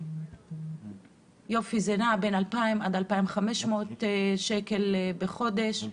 נע בין 2,000 עד 2,500 שקל בחודש,